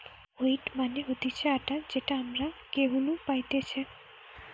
wheat মানে হতিছে আটা যেটা আমরা গেহু নু পাইতেছে